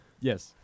Yes